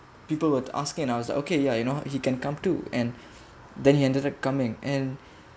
people were asking and I was like okay ya you know he can come to and then he ended up coming and